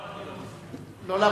לא, לא.